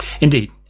Indeed